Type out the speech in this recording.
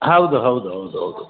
ಹೌದು ಹೌದು ಹೌದು ಹೌದು